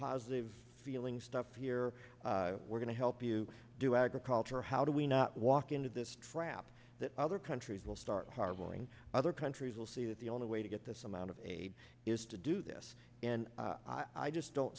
positive feeling stuff here we're going to help you do agriculture how do we not walk into this trap that other countries will start harboring other countries will see that the only way to get this amount of aid is to do this and i just don't